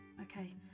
okay